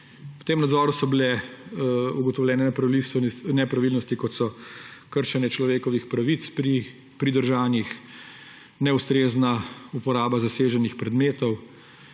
V tem nadzoru so bile ugotovljene nepravilnosti, kot so kršenje človekovih pravic pri pridržanih, neustrezna uporaba zaseženih predmetov,